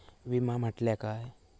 विमा म्हटल्या काय?